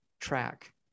track